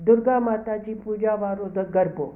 दुर्गा माता जी पूॼा वारो द गरबो